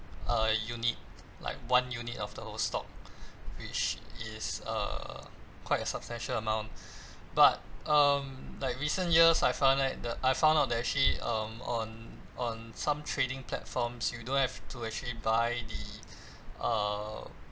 uh unit like one unit of the whole stock which is err quite a substantial amount but um like recent years I found out that I found out that actually um on on some trading platforms you don't have to actually buy the err